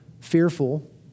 fearful